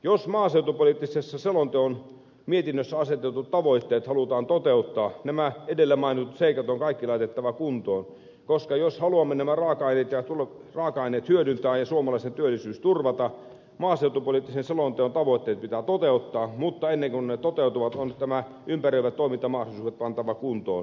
jos maaseutupoliittisen selonteon mietinnössä asetetut tavoitteet halutaan toteuttaa nämä edellä mainitut seikat on kaikki laitettava kuntoon koska jos haluamme nämä raaka aineet hyödyntää ja suomalaisen työllisyyden turvata maaseutupoliittisen selonteon tavoitteet pitää toteuttaa mutta ennen kuin ne toteutuvat on nämä ympäröivät toimintamahdollisuudet pantava kuntoon